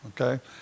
Okay